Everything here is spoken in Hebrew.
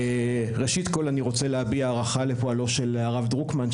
ראשית כל אני רוצה להביע הערכה לפועלו של הרב דרוקמן,